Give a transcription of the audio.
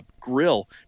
grill